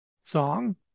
song